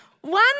one